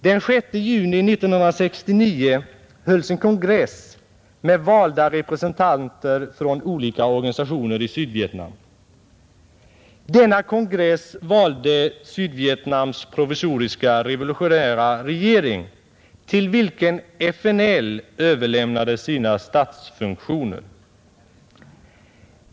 Den 6 juni 1969 hölls en kongress med valda representanter från olika organisationer i Sydvietnam. Denna kongress valde Sydvietnams provisoriska revolutionära regering, till vilken FNL överlämnade sina statsfunktioner.